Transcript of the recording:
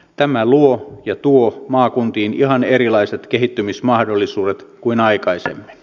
tämä luo ja tuo maakuntiin ihan erilaiset kehittymismahdollisuudet kuin aikaisemmin